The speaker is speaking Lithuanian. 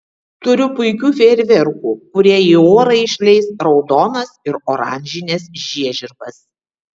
turiu puikių fejerverkų kurie į orą išleis raudonas ir oranžines žiežirbas